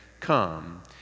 Come